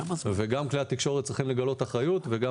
וגם כלי התקשורת צריכים לגלות אחריות וגם